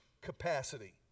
capacity